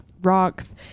rocks